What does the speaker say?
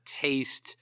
taste